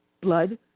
blood